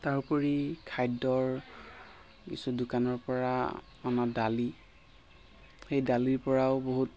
তাৰ উপৰি খাদ্যৰ কিছু দোকানৰ পৰা অনা দালি সেই দালিৰ পৰাও বহুত